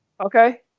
Okay